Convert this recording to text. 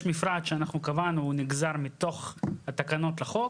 יש מפרט שאנחנו קבענו, הוא נגזר מתוך התקנות לחוק,